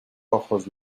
ojos